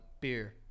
beer